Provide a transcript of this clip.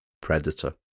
Predator